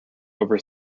over